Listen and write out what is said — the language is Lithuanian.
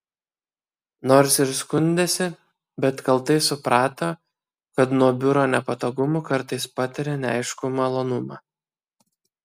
nors ir skundėsi bet kaltai suprato kad nuo biuro nepatogumų kartais patiria neaiškų malonumą